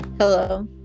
Hello